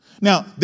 Now